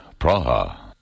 Praha